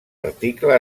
article